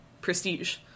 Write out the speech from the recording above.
prestige